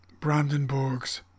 Brandenburgs